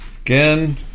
again